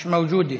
מיש מווג'ודה.